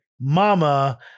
Mama